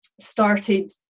started